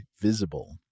Visible